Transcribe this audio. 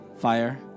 fire